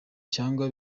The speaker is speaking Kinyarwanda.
cyangwa